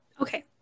Okay